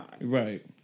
Right